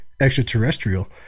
extraterrestrial